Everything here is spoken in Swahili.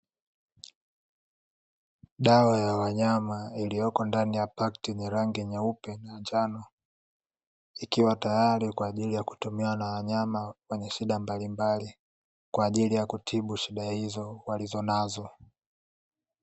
Dawa ya wanyama iliyoko ndani ya pakti yenye rangi nyeupe na njano, ikiwa tayari kwa ajili ya wanyama wenye shida mbalimbali kwa ajili ya kutibu shida hizo walizo nazo.